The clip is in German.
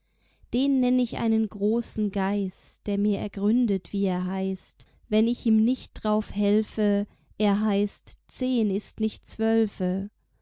den nenn ich einen großen geist der mir ergründet wie er heißt wenn ich ihm nicht drauf helfe er heißt zehn ist nicht